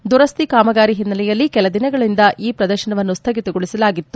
ದುರಸ್ತಿ ಕಾಮಗಾರಿ ಹಿನ್ನೆಲೆಯಲ್ಲಿ ಕೆಲ ದಿನಗಳಿಂದ ಈ ಪ್ರದರ್ಶನವನ್ನು ಸ್ದಗಿತಗೊಳಿಸಲಾಗಿತ್ತು